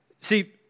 See